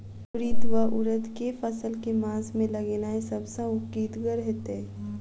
उड़ीद वा उड़द केँ फसल केँ मास मे लगेनाय सब सऽ उकीतगर हेतै?